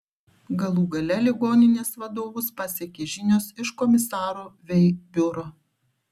galų gale ligoninės vadovus pasiekė žinios iš komisaro vei biuro